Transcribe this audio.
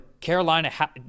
Carolina